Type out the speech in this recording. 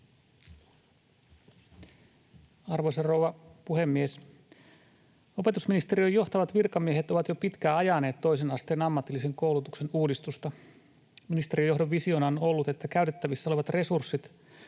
Arvoisa rouva puhemies! Opetusministeriön johtavat virkamiehet ovat jo pitkään ajaneet toisen asteen ammatillisen koulutuksen uudistusta. Ministerijohdon visiona on ollut, että käytettävissä olevat resurssit